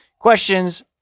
questions